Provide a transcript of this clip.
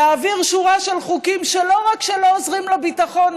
להעביר שורה של חוקים שלא רק שלא עוזרים לביטחון,